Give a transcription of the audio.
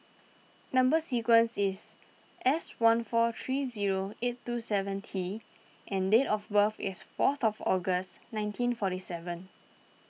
Number Sequence is S one four three zero eight two seven T and date of birth is fourth of August nineteen forty seven